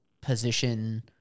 position